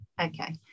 Okay